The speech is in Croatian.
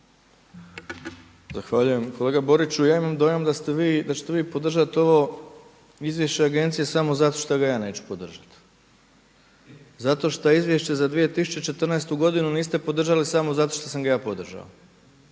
Zahvaljujem. Kolega Boriću ja imam dojam da ste vi, da ćete vi podržati ovo izvješće agencije samo zato što ga ja neću podržati. Zato što Izvješće za 2014. godinu niste podržali samo zato što sam ga ja podržao.